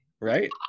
Right